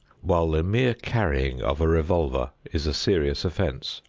while the mere carrying of a revolver is a serious offense.